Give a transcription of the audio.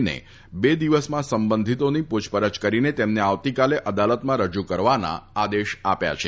ને બે દિવસમાં સંબંધીતોની પુછપરછ કરીને તેમને આવતીકાલે અદાલતમાં રજુ કરવાના આદેશ આપ્યા છે